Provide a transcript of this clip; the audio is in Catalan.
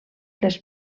les